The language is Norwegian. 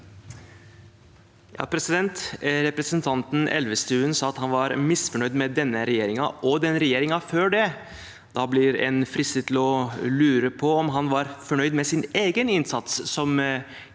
(A) Representanten El- vestuen sa at han var misfornøyd med denne regjeringen og regjeringen før det. Da blir en fristet til å lure på om han er fornøyd med sin egen innsats som